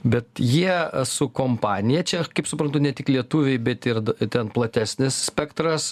bet jie su kompanija čia kaip suprantu ne tik lietuviai bet ir ten platesnis spektras